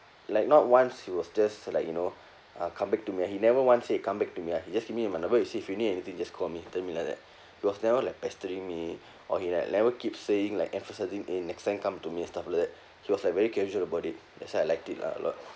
like not once he was just like you know uh come back to me he never once say come back to me ah he just give me my number he say if you need anything just call me tell me like that he was never like pestering me or he like never keep saying like emphasising eh next time come to me and stuff like that he was like very casual about it that's why I liked it lah a lot